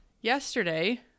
yesterday